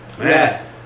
Yes